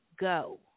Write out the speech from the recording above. go